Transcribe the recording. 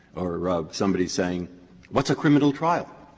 or somebody saying what's a criminal trial?